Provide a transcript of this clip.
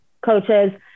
coaches